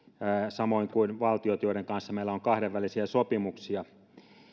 samoin kuin valtiot joiden kanssa meillä on kahdenvälisiä sopimuksia